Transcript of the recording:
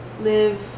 live